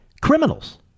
Criminals